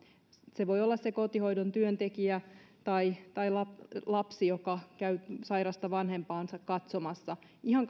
se voi olla se kotihoidon työntekijä tai tai lapsi joka käy sairasta vanhempaansa katsomassa ihan